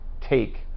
take